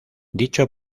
dicho